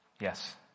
Yes